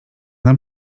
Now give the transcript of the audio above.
nam